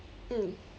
mm